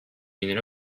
unit